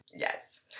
Yes